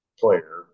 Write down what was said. player